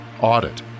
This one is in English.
audit